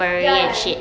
ya ya